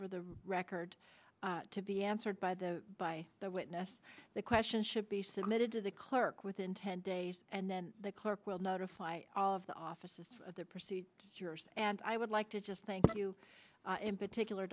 for the record to be answered by the by the witness the question should be submitted to the clerk within ten days and then the clerk will notify all of the offices of the proceed is yours and i would like to just thank you in particular